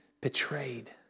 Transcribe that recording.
betrayed